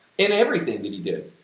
in everything that he did,